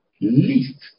Least